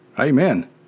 Amen